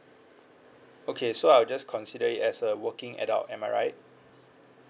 okay so I'll just consider it as a working adult am I right